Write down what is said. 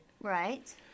Right